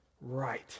right